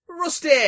Rusty